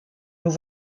nous